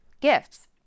gifts